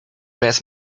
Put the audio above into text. best